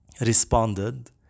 responded